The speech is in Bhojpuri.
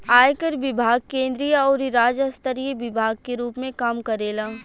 आयकर विभाग केंद्रीय अउरी राज्य स्तरीय विभाग के रूप में काम करेला